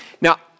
Now